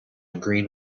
green